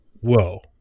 whoa